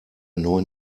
neuen